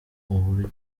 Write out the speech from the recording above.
uburyo